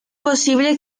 posible